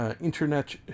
internet